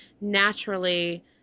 naturally